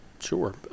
Sure